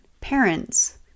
parents